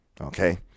okay